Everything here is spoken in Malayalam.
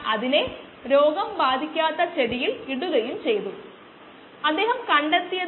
അതാണ് നമ്മൾ ഇവിടെ ചെയ്തത്